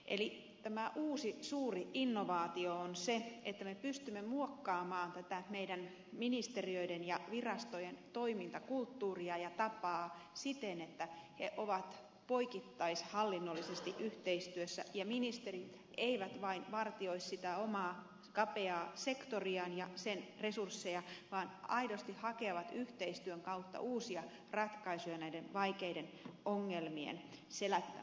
eli tämä uusi suuri innovaatio on se että me pystymme muokkaamaan tätä meidän ministeriöiden ja virastojen toimintakulttuuria ja tapaa siten että ne ovat poikittaishallinnollisesti yhteistyössä ja ministerit eivät vain vartioi sitä omaa kapeaa sektoriaan ja sen resursseja vaan aidosti hakevat yhteistyön kautta uusia ratkaisuja näiden vaikeiden ongelmien selättämiseen